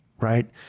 right